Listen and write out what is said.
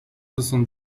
soixante